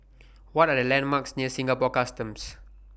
What Are The landmarks near Singapore Customs